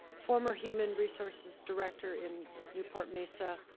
former human resources director in newport mesa.